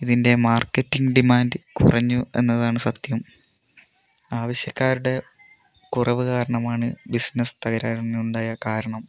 ഇതിൻ്റെ marketing demand കുറഞ്ഞു എന്നതാണ് സത്യം ആവശ്യക്കാരുടെ കുറവു കാരണമാണ് ബിസിനെസ്സ് തകരാനുണ്ടായ കാരണം